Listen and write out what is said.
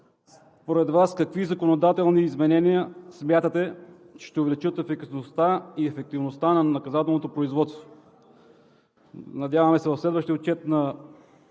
според Вас какви законодателни изменения смятате, че ще увеличат ефикасността и ефективността на наказателното производство? Надяваме се, следващият отчет на